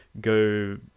go